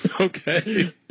Okay